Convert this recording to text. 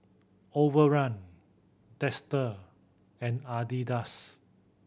Overrun Dester and Adidas